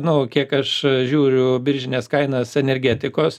nu kiek aš žiūriu biržines kainas energetikos